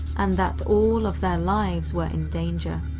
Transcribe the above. and that all of their lives were in danger.